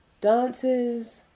Dances